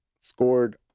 scored